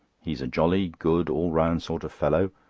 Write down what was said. he's a jolly, good, all-round sort of fellow,